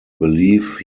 believe